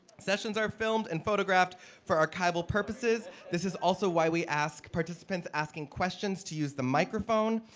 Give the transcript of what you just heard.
sessions are filmed and photographed for archival purposes. this is also why we ask participants asking questions to use the microphone.